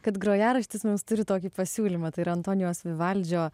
kad grojaraštis mums turi tokį pasiūlymą tai yra antonijaus vivaldžio